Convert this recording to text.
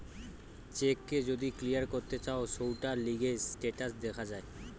check কে যদি clear করতে চায় সৌটার লিগে স্টেটাস দেখা যায়